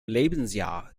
lebensjahr